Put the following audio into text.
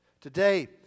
Today